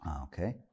Okay